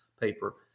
paper